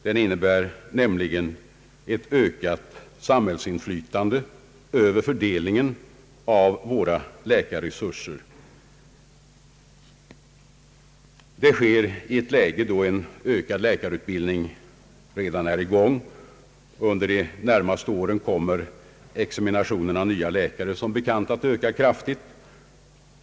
Den innebär nämligen ett ökat samhällsinflytande över fördelningen av våra läkarresurser, och detta sker i ett läge då en ökad läkarutbildning redan igångsatts. Under de närmaste åren kommer examination av nya läkare som bekant att öka kraftigt.